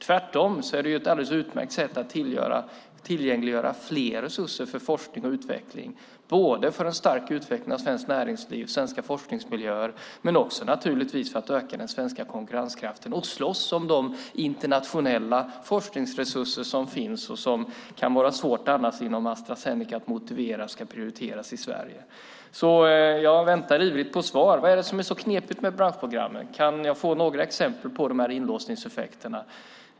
Tvärtom är det ett alldeles utmärkt sätt att tillgängliggöra mer resurser för forskning och utveckling, både för en stark utveckling av svenskt näringsliv och svenska forskningsmiljöer och naturligtvis för att öka den svenska konkurrenskraften och slåss om de internationella forskningsresurser som finns. Det kan annars vara svårt inom Astra Zeneca att motivera att de ska prioriteras i Sverige. Jag väntar ivrigt på svar. Vad är det som är så knepigt med branschprogrammen? Kan jag få några exempel på dessa inlåsningseffekter?